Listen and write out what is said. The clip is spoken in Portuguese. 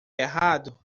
errado